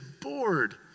bored